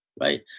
right